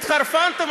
התחרפנתם?